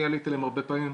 אני עליתי אליהם הרבה פעמים,